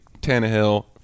Tannehill